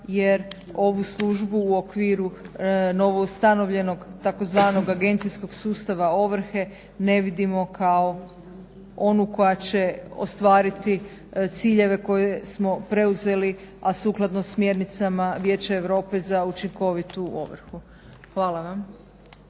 jer ovu službu u okviru novoustanovljenog tzv. agencijskog sustava ovrhe ne vidimo kao onu koja će ostvariti ciljeve koje smo preuzeli, a sukladno smjernicama Vijeća Europe za učinkovitu ovrhu. Hvala vam.